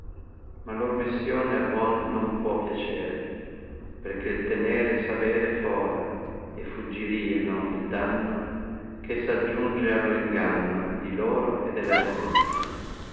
messione abuon non può piacere perchè l tenere savere fora e fuggirieno il danno che s aggiunge allo inganno di loro e della gente